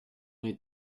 les